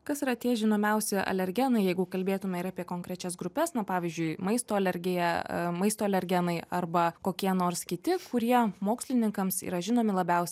kas yra tie žinomiausi alergenai jeigu kalbėtume ir apie konkrečias grupes na pavyzdžiui maisto alergija maisto alergenai arba kokie nors kiti kurie mokslininkams yra žinomi labiausiai